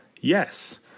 yes